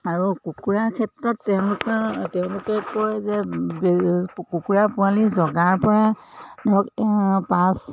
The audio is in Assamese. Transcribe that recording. আৰু কুকুৰাৰ ক্ষেত্ৰত তেওঁলোকৰ তেওঁলোকে কয় যে কুকুৰা পোৱালি জগাৰ পৰা ধৰক পাঁচ